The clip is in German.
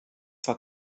zwar